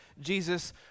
Jesus